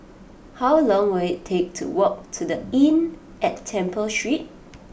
how long will it take to walk to The Inn at Temple Street